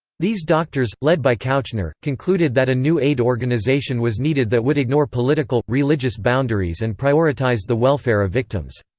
these doctors, led by kouchner, concluded that a new aid organisation was needed that would ignore political religious boundaries and prioritise the welfare of victims.